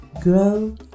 grow